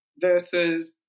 versus